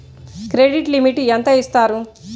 Credit limit ఎంత ఇస్తారు?